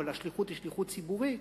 אבל השליחות היא שליחות ציבורית,